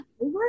over